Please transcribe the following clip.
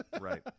Right